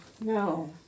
No